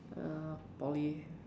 uh Poly